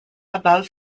above